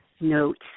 notes